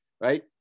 right